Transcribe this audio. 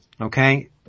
okay